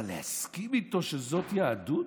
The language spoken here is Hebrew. אבל להסכים איתו שזאת יהדות,